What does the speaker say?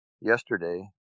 yesterday